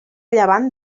llevant